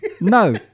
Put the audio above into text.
No